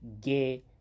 Gay